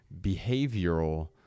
behavioral